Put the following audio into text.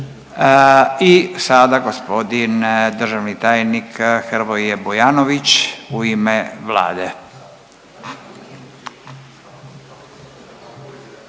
I sada g. državni tajnik Hrvoje Bujanović u ime Vlade.